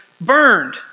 burned